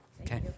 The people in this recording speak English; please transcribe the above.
Okay